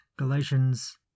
Galatians